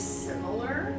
similar